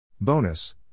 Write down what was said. Bonus